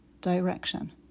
direction